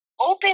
open